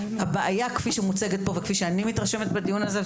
הבעיה כפי שמוצגת פה וכפי שאני מתרשמת בדיון הזה,